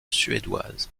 suédoise